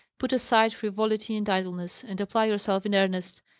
put aside frivolity and idleness, and apply yourself in earnest.